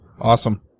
Awesome